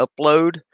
upload